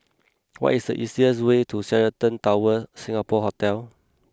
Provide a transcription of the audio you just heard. what is the easiest way to Sheraton Towers Singapore Hotel